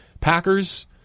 Packers